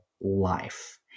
life